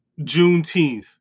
Juneteenth